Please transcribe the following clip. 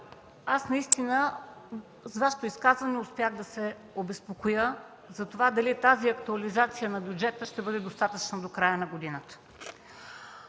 аз наистина след Вашето изказване успях да се обезпокоя дали тази актуализация на бюджета ще бъде достатъчна до края на годината.